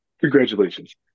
congratulations